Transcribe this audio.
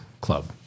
club